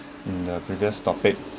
in a previous topic